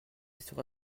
sera